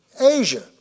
asia